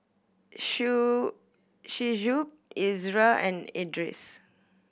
Shu Shuib Izara and Idris